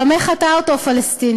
במה חטא אותו פלסטיני?